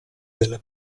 della